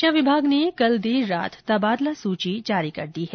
शिक्षा विभाग ने कल देर रात तबादला सूची जारी कर दी है